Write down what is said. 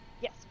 Yes